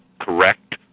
correct